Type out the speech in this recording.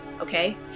okay